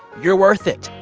you're worth it.